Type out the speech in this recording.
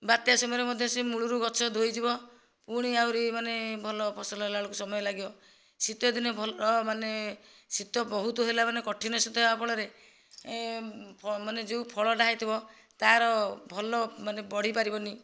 ବାତ୍ୟା ସମୟରେ ମଧ୍ୟ ସେ ମୂଳରୁ ଗଛ ଧୋଇଯିବ ପୁଣି ଆହୁରି ମାନେ ଭଲ ଫସଲ ହେଲାବେଳକୁ ସମୟ ଲାଗିବ ଶୀତ ଦିନେ ଭଲ ମାନେ ଶୀତ ବହୁତ ହେଲାମାନେ କଠିନ ଶୀତ ହେବା ଫଳରେ ମାନେ ଯେଉଁ ଫଳଟା ହୋଇଥିବ ତାର ଭଲ ମାନେ ବଢ଼ି ପାରିବନି